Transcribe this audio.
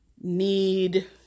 need